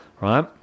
right